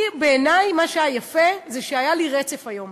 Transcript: בעיני, מה שהיה יפה זה שהיה לי רצף היום.